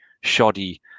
shoddy